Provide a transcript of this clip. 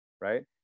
right